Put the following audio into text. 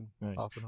Nice